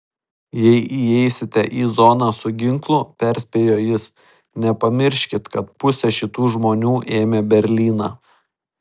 jei įeisite į zoną su ginklu perspėjo jis nepamirškit kad pusė šitų žmonių ėmė berlyną